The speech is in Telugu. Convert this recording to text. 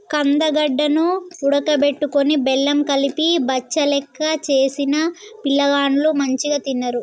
కందగడ్డ ను ఉడుకబెట్టుకొని బెల్లం కలిపి బచ్చలెక్క చేసిన పిలగాండ్లు మంచిగ తిన్నరు